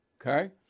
Okay